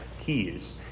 Keys